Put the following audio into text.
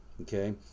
okay